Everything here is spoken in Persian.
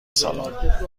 سالن